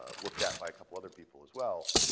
ah looked at by a couple other people as well,